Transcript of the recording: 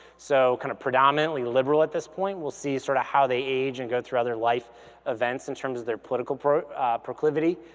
so kind of predominantly liberal at this point. we'll see sort of how they age and go through other live events in terms of their political proclivity.